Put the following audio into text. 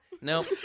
Nope